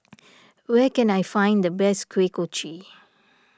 where can I find the best Kuih Kochi